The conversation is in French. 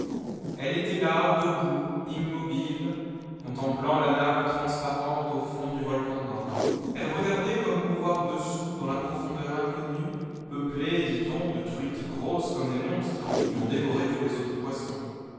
elle était là debout immobile contemj lant la nappe transparente au fond du volcan mort elle regardait comme pour noir dessous dans la j rofondeur inconnue peu plée dit-on de truites grosses comme des monstres et qui ont dévoré tous les autres poissons